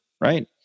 right